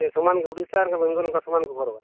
ᱥᱮ ᱥᱚᱢᱟᱱ ᱜᱮ ᱳᱰᱤᱥᱟ ᱟᱨ ᱵᱮᱝᱜᱚᱞ ᱚᱱᱠᱟ ᱥᱚᱢᱟᱱ ᱜᱮ ᱠᱚ ᱦᱚᱨᱚᱜᱼᱟ